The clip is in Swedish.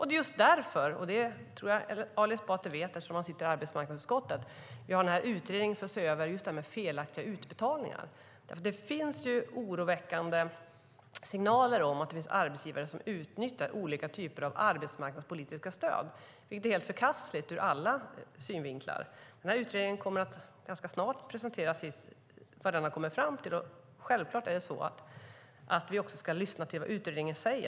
Det är också därför - det tror jag att Ali Esbati vet eftersom han sitter i arbetsmarknadsutskottet - som vi har utredningen för att se över felaktiga utbetalningar. Det finns oroväckande signaler om att det finns arbetsgivare som utnyttjar olika typer av arbetsmarknadspolitiska stöd, vilket är helt förkastligt ur alla synvinklar. Denna utredning kommer ganska snart att presentera vad den har kommit fram till. Självklart ska vi också lyssna till vad utredningen säger.